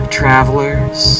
travelers